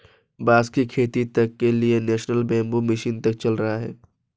बांस की खेती तक के लिए नेशनल बैम्बू मिशन तक चल रहा है